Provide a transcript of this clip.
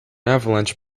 avalanche